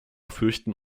fürchten